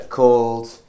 called